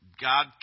God